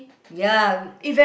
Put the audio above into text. ya